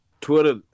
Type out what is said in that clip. Twitter